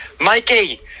Mikey